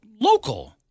local